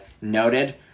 noted